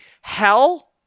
hell